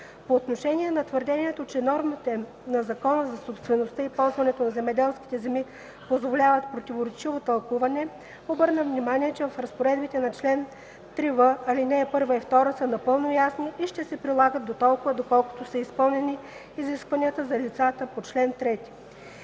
По отношение на твърдението, че нормите на Закона за собствеността и ползването на земеделските земи позволяват противоречиво тълкуване, обърна внимание, че разпоредбите на чл. 3в, ал. 1 и 2 са напълно ясни и ще се прилагат дотолкова, доколкото са изпълнени изискванията за лицата по чл. 3.